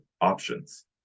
options